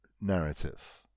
narrative